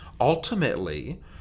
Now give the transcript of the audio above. Ultimately